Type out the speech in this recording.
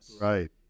Right